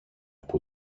που